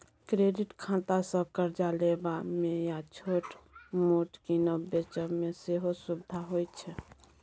credit खातासँ करजा लेबा मे या छोट मोट कीनब बेचब मे सेहो सुभिता होइ छै